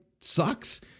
sucks